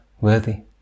worthy